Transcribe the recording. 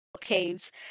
caves